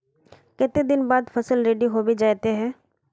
केते दिन बाद फसल रेडी होबे जयते है?